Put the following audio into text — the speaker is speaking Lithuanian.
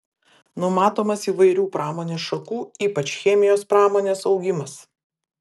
numatomas įvairių pramonės šakų ypač chemijos pramonės augimas